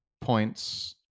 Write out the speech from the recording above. points